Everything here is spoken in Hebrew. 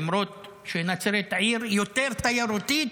למרות שנצרת היא עיר יותר תיירותית